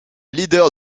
leader